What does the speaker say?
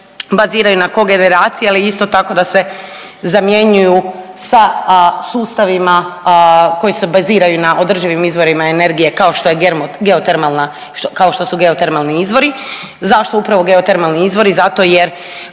baziraju na kogeneraciji, ali isto tako da se zamjenjuju sa sustavima koji se baziraju na određenim izvorima energije kao što je geotermalna, kao što su geotermalni izvori. Zašto